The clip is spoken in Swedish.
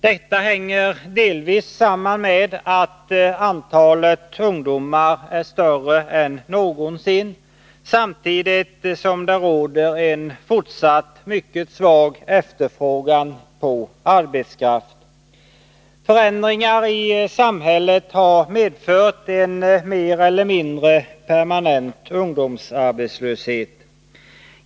Detta hänger delvis samman med att antalet ungdomar är större än någonsin, samtidigt som det råder en fortsatt mycket svag efterfrågan på arbetskraft. Förändringar i samhället har medfört en mer eller mindre permanent ungdomsarbetslöshet.